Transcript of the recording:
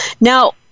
Now